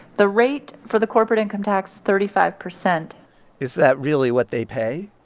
the rate for the corporate income tax thirty five percent is that really what they pay? ah,